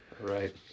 Right